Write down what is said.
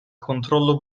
controllo